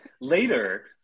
Later